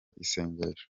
isengesho